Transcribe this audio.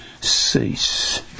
cease